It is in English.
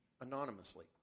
anonymously